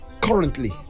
currently